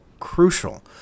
crucial